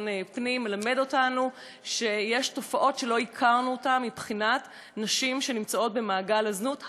פנים מלמד אותנו שיש תופעות שלא הכרנו מבחינת נשים שנמצאות במעגל הזנות,